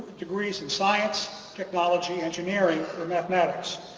degrees in science, technology, engineering or mathematics.